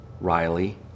Riley